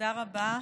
רבה.